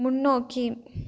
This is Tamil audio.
முன்னோக்கி